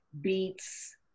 beets